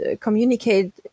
communicate